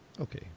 Okay